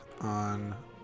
on